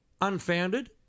unfounded